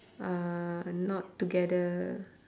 are not together